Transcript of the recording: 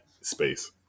space